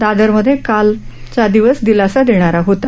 दादरमध्ये मात्र कालचा दिवस दिलासा देणारा होता